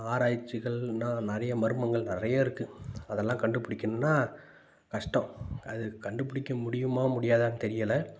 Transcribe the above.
ஆராய்ச்சிகள் இன்னும் நிறைய மர்மங்கள் நிறைய இருக்குது அதெல்லாம் கண்டுபிடிக்கணுன்னா கஷ்டம் அது கண்டுபிடிக்க முடியுமா முடியாதா தான் தெரியலை